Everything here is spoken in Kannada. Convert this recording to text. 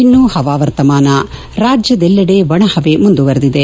ಇನ್ನು ಹವಾವರ್ತಮಾನ ರಾಜ್ಯದಲ್ಲಿಡೆ ಒಣಹವೆ ಮುಂದುವರೆದಿದೆ